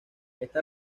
esta